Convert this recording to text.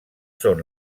són